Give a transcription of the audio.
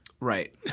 Right